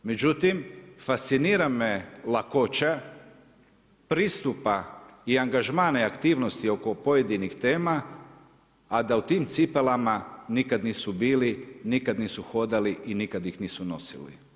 Međutim, fascinira me lakoća pristupa i angažmana i aktivnosti oko pojedinih tema a da u tim cipelama nikad nisu bili, nikad nisu hodali i nikad ih nisu nosili.